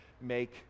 make